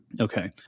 Okay